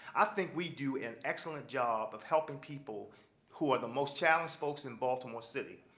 i think we do an excellent job of helping people who are the most challenged folks in baltimore city,